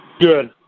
Good